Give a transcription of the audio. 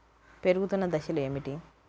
పెరుగుతున్న దశలు ఏమిటి?